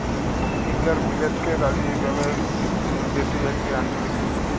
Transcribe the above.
finger মিলেটকে রাজি ব্যলে যেটি একটি আঞ্চলিক শস্য